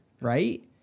Right